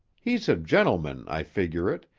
he's a gentleman, i figure it,